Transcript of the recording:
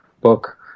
book